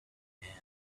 hand